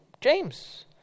James